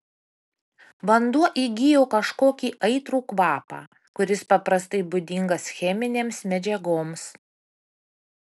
vanduo įgijo kažkokį aitrų kvapą kuris paprastai būdingas cheminėms medžiagoms